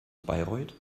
bayreuth